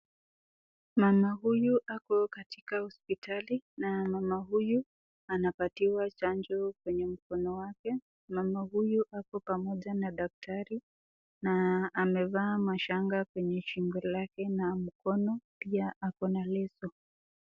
Mama huyu ako katika hospitali , na mama huyu anapatiwa chanjo kwa mkono wake. Mama huyu ako pamoja na daktari na amevaa mashanga kwenye shingo lake na mpono na pia ako na leso.